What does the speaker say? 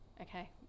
Okay